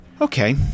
Okay